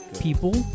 people